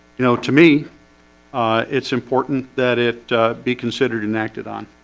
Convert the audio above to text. you know to me it's important that it be considered and acted on